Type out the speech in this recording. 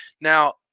Now